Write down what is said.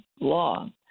law